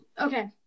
Okay